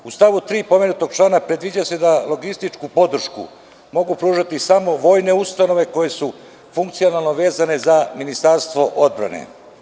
U stavu 3. pomenutog člana predviđa se da logističku podršku mogu pružati samo vojne ustanove koje su funkcionalno vezane za Ministarstvo odbrane.